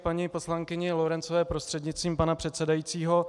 K paní poslankyni Lorencové prostřednictvím pana předsedajícího.